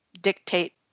dictate